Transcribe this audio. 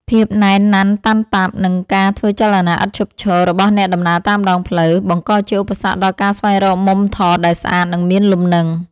ភាពណែនណាន់តាន់តាប់ និងការធ្វើចលនាឥតឈប់ឈររបស់អ្នកដំណើរតាមដងផ្លូវ បង្កជាឧបសគ្គដល់ការស្វែងរកមុំថតដែលស្អាត និងមានលំនឹង។